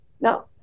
Now